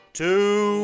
two